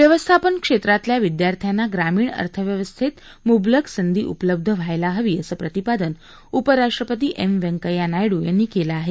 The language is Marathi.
व्यवस्थापन क्षेत्रातल्या विद्यार्थ्यांना ग्रामीण अर्थव्यवस्थेत मुबलक संधी उपलब्ध व्हायला हवी असं प्रतिपादन उपराष्ट्रपती एम व्यंकप्या नायडू यांनी केलं आहे